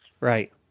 Right